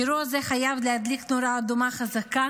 אירוע זה חייב להדליק נורה אדומה חזקה